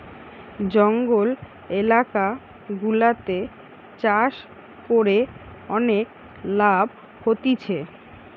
জঙ্গল এলাকা গুলাতে চাষ করে অনেক লাভ হতিছে